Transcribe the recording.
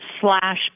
slash